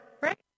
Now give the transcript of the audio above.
right